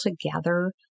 together